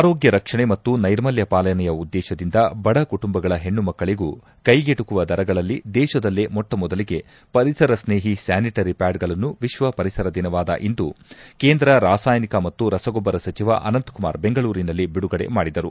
ಆರೋಗ್ಯ ರಕ್ಷಣೆ ಮತ್ತು ನೈರ್ಮಲ್ಯ ಪಾಲನೆಯ ಉದ್ದೇತದಿಂದ ಬಡ ಕುಟುಂಬಗಳ ಹೆಣ್ಣು ಮಕ್ಕಳಗೂ ಕೈಗೆಟಕುವ ದರಗಳಲ್ಲಿ ದೇಶದಲ್ಲೇ ಮೊಟ್ಟಮೊದಲಿಗೆ ಪರಿಸರ ಸ್ನೇಹಿ ಸ್ನಾನಿಟರಿ ಪ್ಲಾಡ್ಗಳನ್ನು ವಿಶ್ವ ಪರಿಸರ ದಿನವಾದ ಇಂದು ಕೇಂದ್ರ ರಾಸಾಯನಿಕ ಮತ್ತು ರಸಗೊಬ್ಲರ ಸಚಿವ ಅನಂತಕುಮಾರ್ ಬೆಂಗಳೂರಿನಲ್ಲಿ ಬಿಡುಗಡೆ ಮಾಡಿದರು